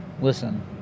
listen